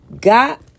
Got